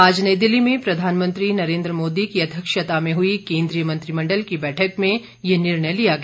आज नई दिल्ली में प्रधानमंत्री नरेन्द्र मोदी की अध्यक्षता में हुई केन्द्रीय मंत्रिमण्डल की बैठक में ये निर्णय लिया गया